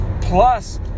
Plus